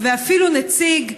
ואפילו נציג בז"ן,